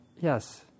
Yes